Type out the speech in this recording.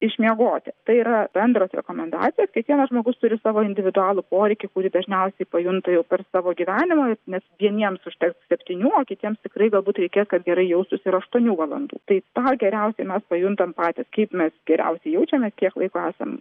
išmiegoti tai yra bendros rekomendacijos kiekvienas žmogus turi savo individualų poreikį kurį dažniausiai pajunta jau per savo gyvenimą nes vieniems užteks septynių o kitiems tikrai galbūt reikės kad gerai jaustųsi ir aštuonių valandų tai tą geriausiai mes pajuntam patys kaip mes geriausiai jaučiamės kiek laiko esam